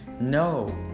no